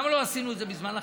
למה לא עשינו את זה בזמן החקיקה?